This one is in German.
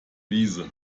wiese